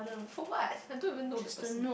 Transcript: for what I don't even know the person